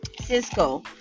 cisco